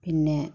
പിന്നെ